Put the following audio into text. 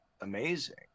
amazing